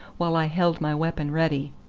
while i held my weapon ready.